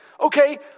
Okay